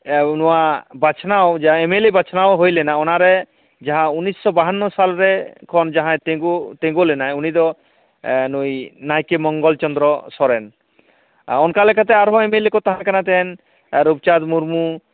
ᱱᱚᱣᱟ ᱵᱟᱪᱷᱟᱱᱟᱣ ᱡᱟᱦᱟᱸ ᱮᱢ ᱮᱞ ᱮ ᱵᱟᱪᱷᱟᱱᱟᱣ ᱦᱩᱭᱞᱮᱱᱟ ᱚᱱᱟ ᱨᱮ ᱡᱟᱦᱟᱸ ᱩᱱᱤᱥᱚ ᱵᱟᱦᱟᱱᱱᱚ ᱥᱟᱞ ᱨᱮ ᱠᱷᱚᱱ ᱡᱟᱦᱟᱸᱭ ᱛᱤᱜᱩ ᱛᱤᱜᱩ ᱞᱮᱱᱟᱭ ᱩᱱᱤ ᱫᱚ ᱱᱩᱭ ᱱᱟᱭᱠᱮ ᱢᱚᱝᱜᱚᱞ ᱪᱚᱱᱫᱨᱚ ᱥᱚᱨᱮᱱ ᱚᱱᱠᱟ ᱞᱮᱠᱟᱛᱮ ᱟᱨᱦᱚᱸ ᱮᱢ ᱮᱞ ᱮ ᱠᱚ ᱛᱟᱦᱮᱸ ᱠᱟᱱᱟ ᱛᱮᱱ ᱨᱩᱯᱪᱟᱸᱫ ᱢᱩᱨᱢᱩ